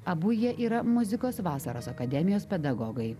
abu jie yra muzikos vasaros akademijos pedagogai